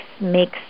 Makes